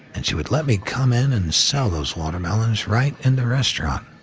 and she would let me come in and sell those watermelons right in the restaurant.